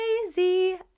crazy